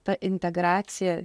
ta integracija